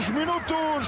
minutos